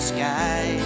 sky